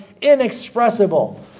inexpressible